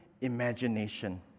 imagination